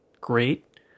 great